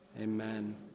amen